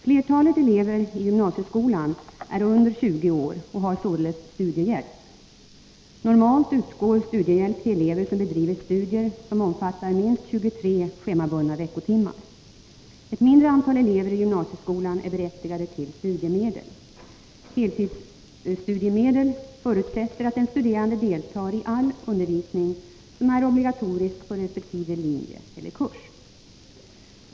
Flertalet elever i gymnasieskolan är under 20 år och har således studiehjälp. Normalt utgår studiehjälp till elever som bedriver studier som omfattar minst 23 schemabundna veckotimmar. Ett mindre antal elever i gymnasieskolan är berättigade till studiemedel. Heltidsstudiemedel förutsätter att den studerande deltar i all undervisning som är obligatorisk på resp. linje eller kurs.